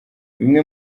bimwe